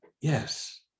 yes